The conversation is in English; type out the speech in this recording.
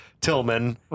Tillman